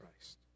Christ